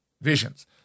visions